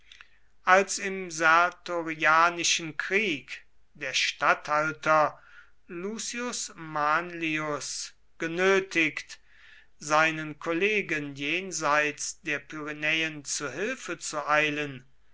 als im sertorianischen krieg der statthalter lucius manlius genötigt seinen kollegen jenseits der pyrenäen zu hilfe zu eilen